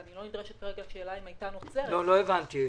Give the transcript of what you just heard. ואני לא נדרשת כרגע לשאלה אם הייתה נוצרת -- לא הבנתי.